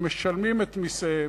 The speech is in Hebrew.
הם משלמים את מסיהם,